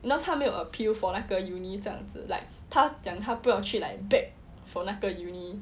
you know 他没有 appeal for like a uni 这样子 like 他讲他不要去 like bag for 那个 uni